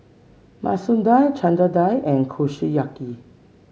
Masoor Dal Chana Dal and Kushiyaki